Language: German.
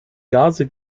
gase